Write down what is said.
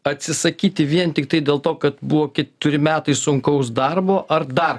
atsisakyti vien tiktai dėl to kad buvo keturi metai sunkaus darbo ar dar